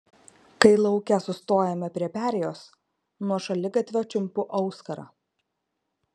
kai lauke sustojame prie perėjos nuo šaligatvio čiumpu auskarą